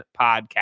podcast